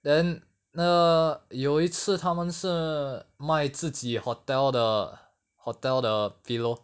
then 那个有一次他们真的卖自己 hotel 的 hotel 的 pillow